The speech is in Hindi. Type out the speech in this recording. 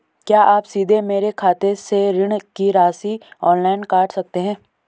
क्या आप सीधे मेरे खाते से ऋण की राशि ऑनलाइन काट सकते हैं?